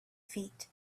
feet